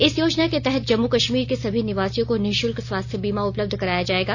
इस योजना के तहत जम्मू कश्मीर के सभी निवासियों को निःशुल्क स्वास्थ्य बीमा उपलब्ध कराया जाएगा